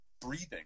breathing